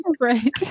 Right